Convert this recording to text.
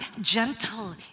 gentle